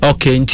Okay